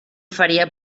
faria